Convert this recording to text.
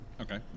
Okay